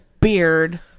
beard